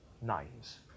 names